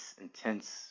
intense